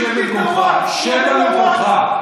שב במקומך.